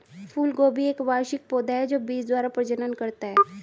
फूलगोभी एक वार्षिक पौधा है जो बीज द्वारा प्रजनन करता है